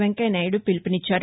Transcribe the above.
వెంకయ్య నాయుడు పిలుపునిచ్చారు